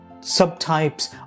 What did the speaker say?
subtypes